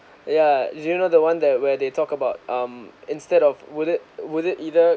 ya do you know the one that where they talk about um instead of would it would it either